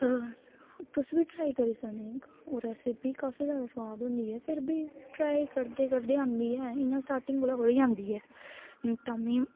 तुस बी ट्राई करी सकने उ'दे आस्ते काफी जैदा सुआ द होंदी ऐ फिर बी ट्राई करदे करदे आंदी ऐ इ'यां स्टाटिंग कोला थोह्ड़ी आंदी ऐ तामीं